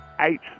eight